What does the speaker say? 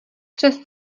přes